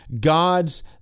God's